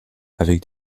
avec